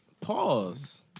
Pause